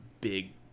big